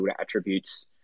attributes